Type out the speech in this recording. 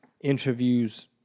interviews